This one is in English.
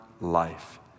life